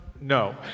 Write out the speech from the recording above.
No